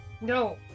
No